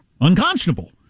unconscionable